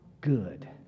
good